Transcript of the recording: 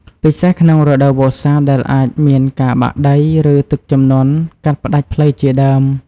ពិសេសក្នុងរដូវវស្សាដែលអាចមានការបាក់ដី ឬទឹកជំនន់កាត់ផ្ដាច់ផ្លូវជាដើម។